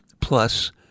plus